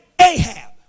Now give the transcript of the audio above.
Ahab